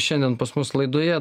šiandien pas mus laidoje